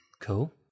Cool